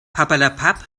papperlapapp